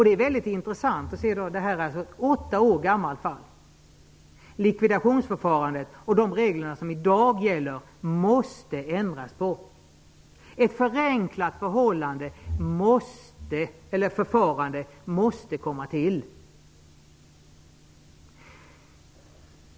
Det är då intressant att se att det är fråga om ett åtta år gammalt fall. Dagens regler för likvidationsförfarandet måste ändras. Ett förenklat förfarande måste införas.